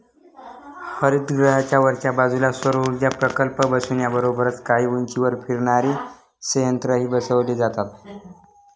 हरितगृहाच्या वरच्या बाजूला सौरऊर्जा प्रकल्प बसवण्याबरोबरच काही उंचीवर फिरणारे संयंत्रही बसवले जातात